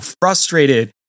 frustrated